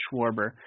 Schwarber